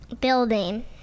Building